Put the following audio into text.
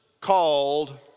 called